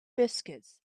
biscuits